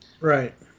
Right